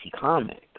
Comics